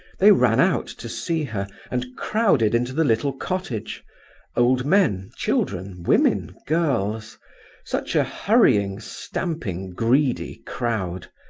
they ran out to see her and crowded into the little cottage old men, children, women, girls such a hurrying, stamping, greedy crowd.